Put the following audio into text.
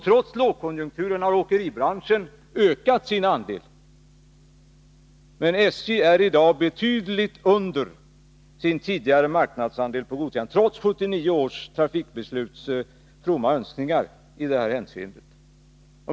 Trots lågkonjunkturen har åkeribranschen ökat sin andel, men SJ är i dag betydligt under sin tidigare marknadsandel på godssidan, trots 1979 års trafikbesluts fromma önskningar i det här hänseendet.